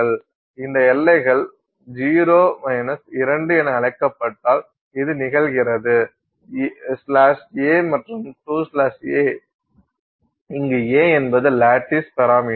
இந்த எல்லைகள் 0 2 என அழைக்கப்பட்டால் இது நிகழ்கிறது a மற்றும் 2 a இங்கு a என்பது லாட்டிஸ் பராமீட்டர்